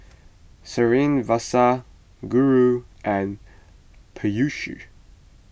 Srinivasa Guru and Peyush